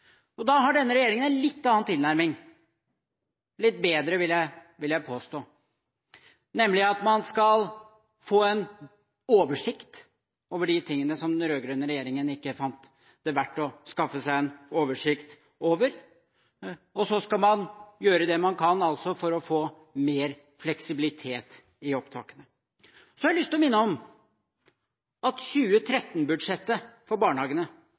Da har denne regjeringen en litt annen tilnærming – litt bedre, vil jeg påstå – nemlig at man skal få en oversikt over de tingene som den rød-grønne regjeringen ikke fant det verdt å skaffe seg en oversikt over, og så skal man gjøre det man kan altså for å få mer fleksibilitet i opptakene. Jeg har lyst til å minne om at 2013-budsjettet for barnehagene